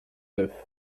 neuf